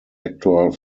actor